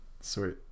Sweet